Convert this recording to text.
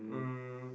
um